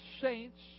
saints